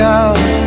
out